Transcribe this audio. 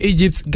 Egypt